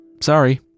sorry